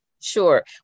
Sure